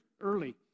early